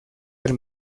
del